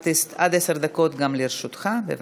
עד עשר דקות גם לרשותך, בבקשה.